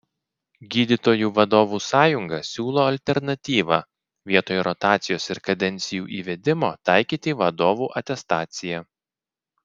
gydytojų vadovų sąjunga siūlo alternatyvą vietoj rotacijos ir kadencijų įvedimo taikyti vadovų atestaciją